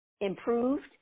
improved